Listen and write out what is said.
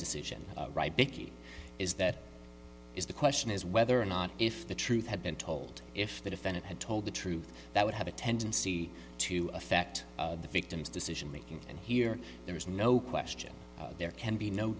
decision making is that is the question is whether or not if the truth had been told if the defendant had told the truth that would have a tendency to affect the victim's decision making and here there is no question there can be no